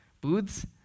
Booths